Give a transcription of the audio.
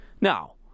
Now